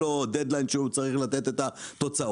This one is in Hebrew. לו דד-ליין שהוא צריך לתת בו את התוצאות,